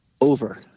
Over